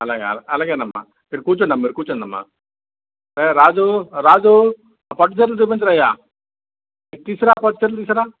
అలగే అలగే అమ్మా మీరు కూర్చోండి అమ్మా మీరు కూర్చోండి అమ్మా ఏయ్ రాజు రాజు పట్టుచీరలు చూపించురా అయ్యా తీసుకురా పట్టుచీరలు తీసుకురా